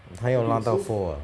他要拉到 four ah